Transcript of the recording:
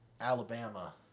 Alabama